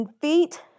feet